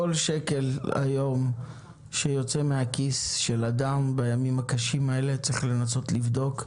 כל שקל היום שיוצא מהכיס של אדם בימים הקשים האלה צריך לנסות לבדוק,